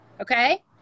Okay